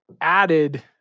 added